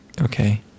Okay